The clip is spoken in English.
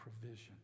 provision